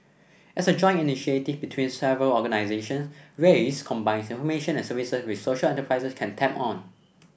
as a joint initiative between several organisations raise combines information and services which social enterprises can tap on